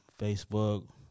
Facebook